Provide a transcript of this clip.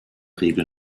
regel